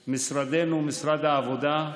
משרדנו, משרד העבודה,